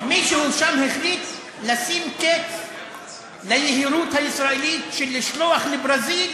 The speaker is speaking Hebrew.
מישהו שם החליט לשים קץ ליהירות הישראלית של לשלוח לברזיל